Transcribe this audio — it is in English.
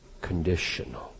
conditional